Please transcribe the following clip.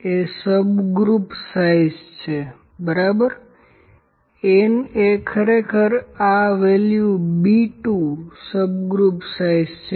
એ subgroup size છે બરાબર n એ ખરેખર આ મૂલ્ય B2 સબગ્રુપ સાઇઝ છે